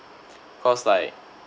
cost like